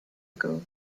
ago